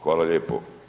Hvala lijepo.